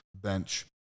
bench